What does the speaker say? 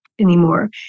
anymore